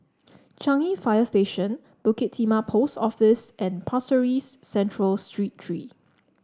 Changi Fire Station Bukit Timah Post Office and Pasir Ris Central Street Three